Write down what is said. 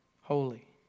holy